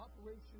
Operation